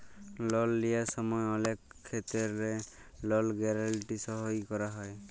লল লিঁয়ার সময় অলেক খেত্তেরে লল গ্যারেলটি সই ক্যরা হয়